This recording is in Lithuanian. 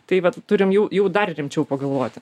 tai vat turim jau jau dar rimčiau pagalvoti